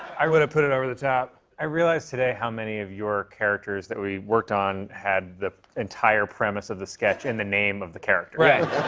would've put it over the top. i realize today how many of your characters that we worked on had the entire premise of the sketch in the name of the character. right.